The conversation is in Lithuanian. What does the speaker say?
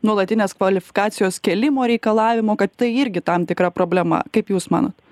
nuolatinės kvalifikacijos kėlimo reikalavimų kad tai irgi tam tikra problema kaip jūs manot